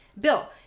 bill